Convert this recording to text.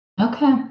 Okay